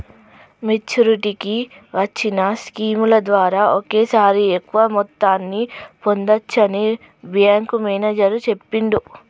మెచ్చురిటీకి వచ్చిన స్కీముల ద్వారా ఒకేసారి ఎక్కువ మొత్తాన్ని పొందచ్చని బ్యేంకు మేనేజరు చెప్పిండు